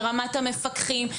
ברמת המפקחים,